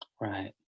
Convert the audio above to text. Right